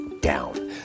down